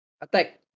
Attack